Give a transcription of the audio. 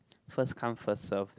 first come first serve